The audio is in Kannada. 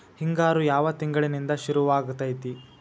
ಹಿಂಗಾರು ಯಾವ ತಿಂಗಳಿನಿಂದ ಶುರುವಾಗತೈತಿ?